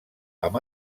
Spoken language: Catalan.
amb